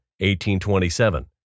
18.27